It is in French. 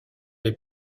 les